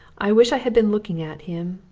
i wish i had been looking at him,